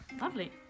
lovely